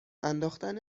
انداختن